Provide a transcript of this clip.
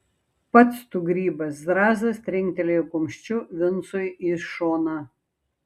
pats tu grybas zrazas trinktelėjo kumščiu vincui į šoną